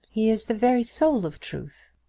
he is the very soul of truth.